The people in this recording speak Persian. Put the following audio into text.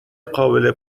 قابل